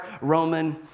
Roman